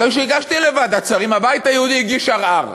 אחרי שהגשתי אותה לוועדת שרים הבית היהודי הגיש ערר.